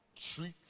treat